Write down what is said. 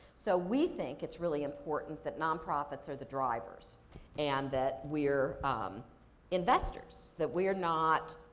so, we think it's really important that non-profits are the drivers and that we're investors, that we're not.